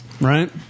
right